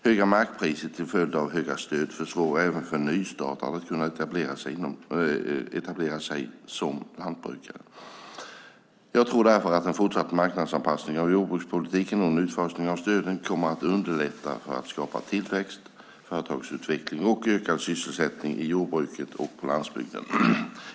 Höga markpriser till följd av höga stöd försvårar även för nystartare att kunna etablera sig som lantbrukare. Jag tror därför att en fortsatt marknadsanpassning av jordbrukspolitiken och en utfasning av stöden kommer att underlätta för att skapa tillväxt, företagsutveckling och ökad sysselsättning i jordbruket och på landsbygden.